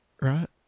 right